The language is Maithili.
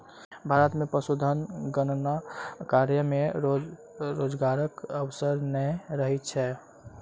भारत मे पशुधन गणना कार्य मे रोजगारक अवसर नै रहैत छै